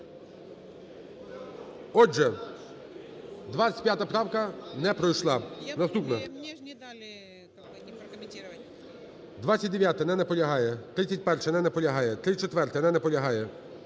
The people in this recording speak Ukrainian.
Отже, 25 правка не пройшла. Наступна. 29-а. Не наполягає. 31-а. Не наполягає. 34-а. Не наполягає.